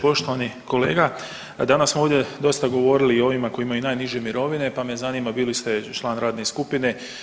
Poštovani kolega, danas smo ovdje dosta govorili i o ovima koji imaju najniže mirovine pa me zanima bili ste član radne skupine.